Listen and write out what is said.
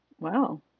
Wow